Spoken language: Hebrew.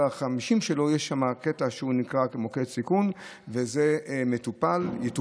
ה-50 שלו יש קטע שנקרא מוקד סיכון וזה יטופל.